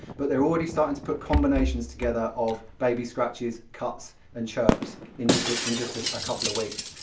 but they're already starting to put combinations together of baby scratches, cuts and chirps in just ah in just a ah couple of weeks.